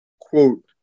quote